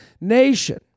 Nation